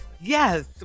Yes